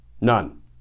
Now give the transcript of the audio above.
none